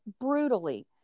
Brutally